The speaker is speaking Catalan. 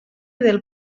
del